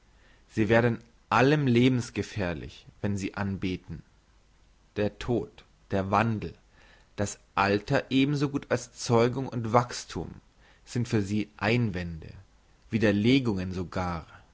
sie werden allem lebensgefährlich wenn sie anbeten der tod der wandel das alter ebensogut als zeugung und wachsthum sind für sie einwände widerlegungen sogar